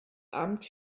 amt